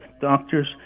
doctors